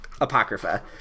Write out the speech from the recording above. Apocrypha